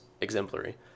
exemplary